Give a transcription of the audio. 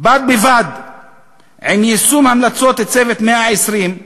בד בבד עם יישום המלצות "צוות 120 הימים"